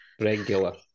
Regular